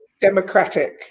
democratic